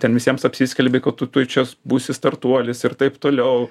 ten visiems apsiskelbi kad tu tuoj čia būsi startuolis ir taip toliau